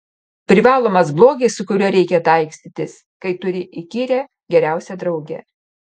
privalomas blogis su kuriuo reikia taikstytis kai turi įkyrią geriausią draugę